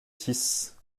six